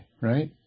right